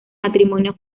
matrimonio